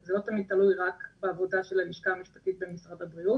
זה לא תמיד תלוי רק בעבודה של הלשכה המשפטית במשרד הבריאות.